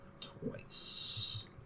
twice